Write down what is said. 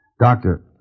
Doctor